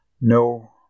no